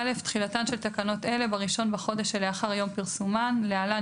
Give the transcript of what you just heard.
3.(א)תחילתן של תקנות אלה ב-1 בחודש שלאחר יום פרסומן (להלן,